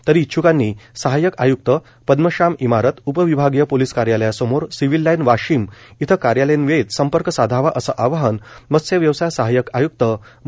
तरी इच्छुकांनी सहाय्यक आयुक्त पदमश्याम इमारत उपविभागीय पोलीस कार्यालयासमोर सिव्हील लाईन वाशिम इथं कार्यालयीन वेळेत संपर्क साधावा असं आवाहन मत्स्यव्यवसाय सहाय्यक आय्क्त म